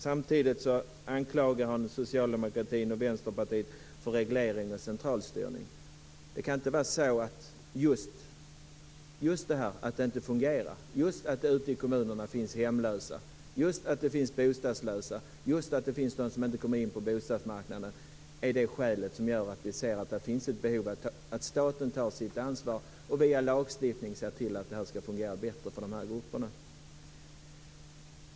Samtidigt anklagar hon Socialdemokraterna och Vänsterpartiet för reglering och centralstyrning. Men just att det inte fungerar, att det ute i kommunerna finns hemlösa, bostadslösa och de som inte kommer in på bostadsmarknaden, är skälet till att vi menar att det finns ett behov av att staten tar sitt ansvar och via lagstiftning ser till att det fungerar bättre för de här grupperna. Fru talman!